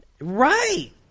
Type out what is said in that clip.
Right